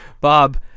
Bob